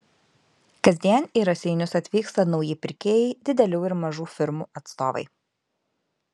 kasdien į raseinius atvyksta nauji pirkėjai didelių ir mažų firmų atstovai